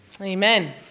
Amen